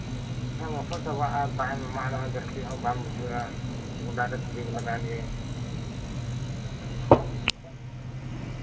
ᱜᱚᱥᱚ ᱪᱟᱵᱟᱜᱼᱟ ᱫᱟᱜ ᱮᱢ ᱮᱢᱟᱜ ᱨᱮᱦᱚᱸ ᱡᱟᱥᱛᱤ ᱦᱚ ᱵᱟᱢ ᱵᱩᱡᱷᱟᱹᱣᱟ ᱜᱚᱰᱟ ᱨᱮ ᱛᱤᱡᱩ ᱠᱚ ᱞᱟᱜᱟᱣᱮᱱ ᱜᱮ